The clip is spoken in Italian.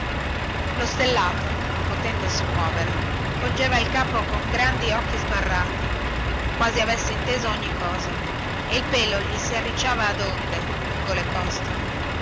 lo stellato non potendosi muovere volgeva il capo con grandi occhi sbarrati quasi avesse inteso ogni cosa e il pelo gli si arricciava ad onde lungo le costole